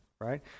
right